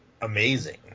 amazing